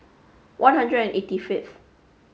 one hundred and eighty fifth